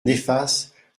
néfastes